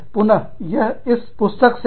पुन यह इस पुस्तक से है